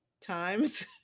times